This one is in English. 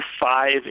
five